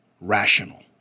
rational